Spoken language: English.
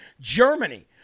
Germany